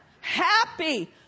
Happy